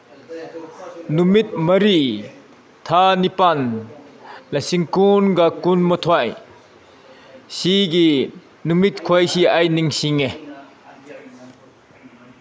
ꯅꯨꯃꯤꯠ ꯃꯔꯤ ꯊꯥ ꯅꯤꯄꯥꯜ ꯂꯤꯁꯤꯡ ꯀꯨꯟꯒ ꯀꯨꯟ ꯃꯥꯊꯣꯏ ꯁꯤꯒꯤ ꯅꯨꯃꯤꯠꯈꯣꯏꯁꯤ ꯑꯩ ꯅꯤꯡꯁꯤꯡꯉꯦ